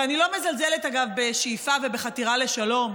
ואני לא מזלזלת, אגב, בשאיפה ובחתירה לשלום,